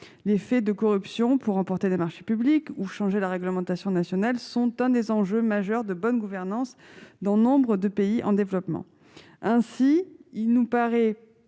Les faits de corruption pour remporter des marchés publics ou changer la réglementation nationale constituent l'un des enjeux majeurs de bonne gouvernance dans nombre de pays en développement. Ainsi, il nous paraît